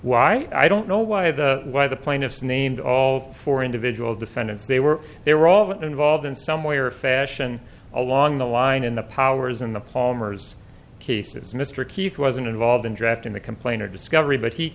why i don't know why the why the plaintiffs named all four individuals defendants they were they were all involved in some way or fashion along the line in the powers in the palmers cases mr keith wasn't involved in drafting the complaint or discovery but he